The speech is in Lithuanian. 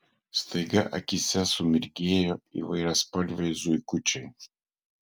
staiga akyse sumirgėjo įvairiaspalviai zuikučiai